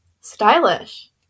Stylish